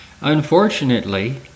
Unfortunately